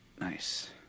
Nice